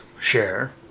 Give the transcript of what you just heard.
share